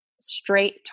straight